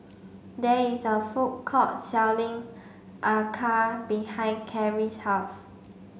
there is a food court selling Acar behind Carrie's house